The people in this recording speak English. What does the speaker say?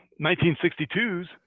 1962's